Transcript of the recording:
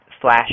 Flash